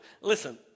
Listen